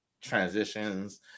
transitions